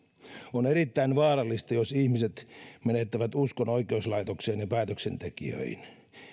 on erittäin vaarallista jos ihmiset menettävät uskon oikeuslaitokseen ja päätöksentekijöihin